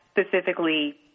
specifically